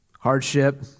Hardship